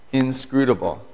inscrutable